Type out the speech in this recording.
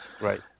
right